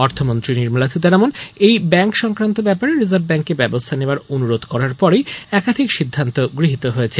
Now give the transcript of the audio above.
অর্থমন্ত্রী নির্মলা সীতারমণ এই ব্যাঙ্ক সংক্রান্ত ব্যাপারে রিজার্ভ ব্যাঙ্ককে ব্যবস্হা নেবার অনুরোধ করার পরেই একাধিক সিদ্ধান্ত গহিত হয়েছে